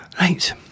Right